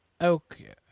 Okay